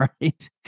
right